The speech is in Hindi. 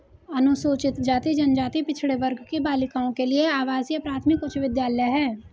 अनुसूचित जाति जनजाति पिछड़े वर्ग की बालिकाओं के लिए आवासीय प्राथमिक उच्च विद्यालय है